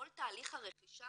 כל תהליך הרכישה,